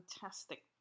fantastic